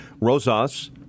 Rosas